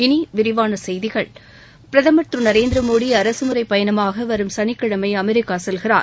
இனி விரிவான செய்திகள் பிரதமர் திரு நரேந்திரமோடி அரசு முறைப் பயணமாக வரும் சனிக்கிழமை அமெரிக்கா செல்கிறார்